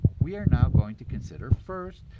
we are now going to consider, first,